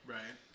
Right